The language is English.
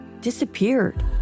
disappeared